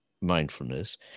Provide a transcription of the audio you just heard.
mindfulness